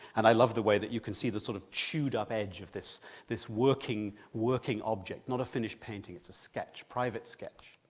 and i love the way that you can see the sort of chewed-up edge of this this working working object, not a finished painting, it's a private sketch.